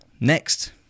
next